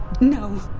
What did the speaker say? no